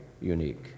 unique